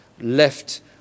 left